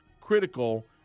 critical